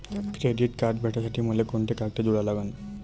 Credit card भेटासाठी मले कोंते कागद जोडा लागन?